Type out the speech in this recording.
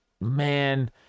Man